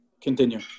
Continue